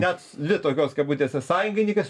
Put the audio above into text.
net dvi tokios kabutėse sąjungai